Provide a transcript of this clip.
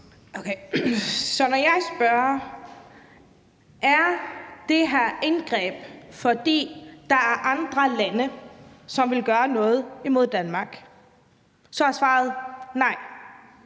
når jeg spørger, om det her indgreb kommer, fordi der er andre lande, som vil gøre noget imod Danmark, så er svaret nej.